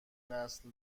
نسل